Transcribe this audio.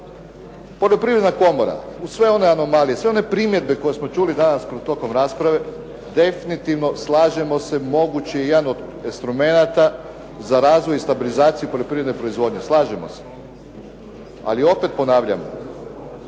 Poljoprivredna komora uz sve one anomalije, sve one primjedbe koje smo čuli danas tokom rasprave, definitivno slažemo se, mogući je jedan od instrumenata za razvoj i stabilizaciju poljoprivredne proizvodnje. Slažemo se. Ali opet ponavljam,